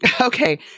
Okay